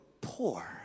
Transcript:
poor